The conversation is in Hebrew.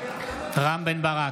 רם בן ברק,